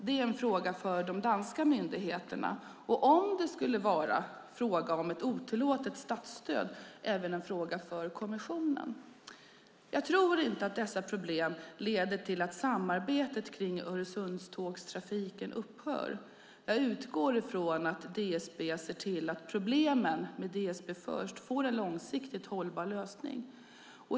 Det är en fråga för de danska myndigheterna och, om det skulle vara fråga om ett otillåtet statsstöd, även en fråga för kommissionen. Jag tror inte att dessa problem leder till att samarbetet kring Öresundstågtrafiken upphör. Jag utgår ifrån att DSB ser till att problemen med DSB First får en långsiktigt hållbar lösning.